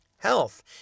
Health